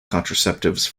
contraceptives